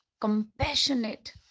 compassionate